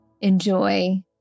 enjoy